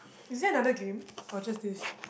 is there another game or just this